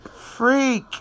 freak